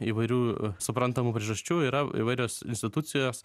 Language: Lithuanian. įvairių suprantamų priežasčių yra įvairios institucijos